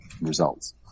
results